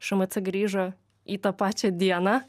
šmc grįžo į tą pačią dieną